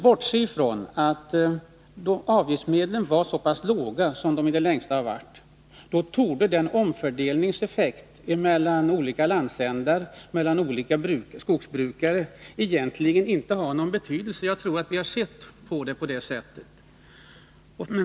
Då avgifterna var så låga som de i det längsta var torde effekterna av omfördelningen mellan olika landsändar och mellan olika skogsbrukare egentligen inte ha haft någon betydelse — jag tror att vi har sett det på det sättet.